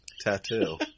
tattoo